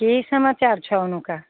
की समाचार छो ओनहुका